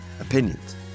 opinions